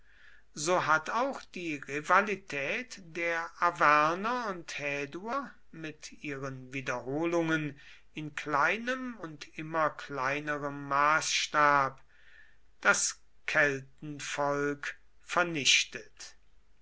so hat auch die rivalität der arverner und häduer mit ihren wiederholungen in kleinem und immer kleinerem maßstab das kelterwolk vernichtet